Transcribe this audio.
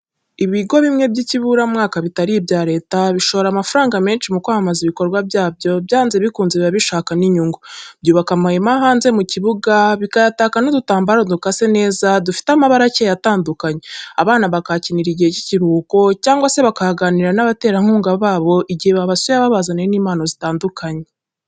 Ibigo bimwe by'ikiburamwaka bitari ibya Leta bishora amafaranga menshi mu kwamamaza ibikorwa byabyo, byanze bikunze biba bishaka n'inyungu, byubaka amahema hanze mu kibuga, bikayataka n'udutambaro dukase neza, dufite amabara akeye atandukanye, abana bakahakinira igihe cy'ikiruhuko, cyangwa se bakahaganirira n'abaterankunga babo igihe babasuye, babazaniye n'impano zitandukanye.